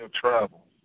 travel